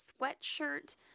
sweatshirt